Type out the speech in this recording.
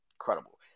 Incredible